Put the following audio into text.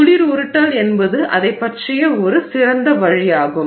குளிர் உருட்டல் என்பது அதைப் பற்றிய ஒரு சிறந்த வழியாகும்